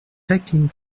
jacqueline